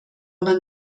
man